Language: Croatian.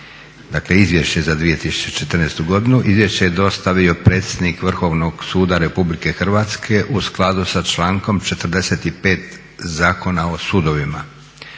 Izvješće je dostavio predsjednik Vrhovnog suda RH u skladu sa člankom 45. Zakona o sudovima.